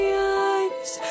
eyes